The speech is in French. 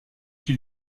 qui